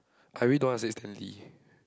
I really don't ask it tally